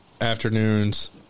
afternoons